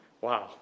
Wow